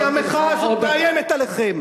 נתתי לך עוד, כי המחאה הזאת מאיימת עליכם.